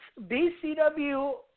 BCW